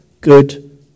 good